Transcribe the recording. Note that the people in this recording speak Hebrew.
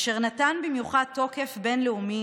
אשר נתן במיוחד תוקף בין-לאומי